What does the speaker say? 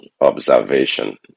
observation